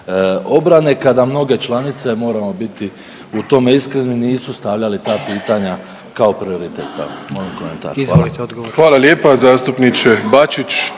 MORH-a, kada mnoge članice, moramo biti u tome iskreni, nisu stavljali ta pitanja kao prioritet. Evo, molim komentar. Hvala. **Jandroković,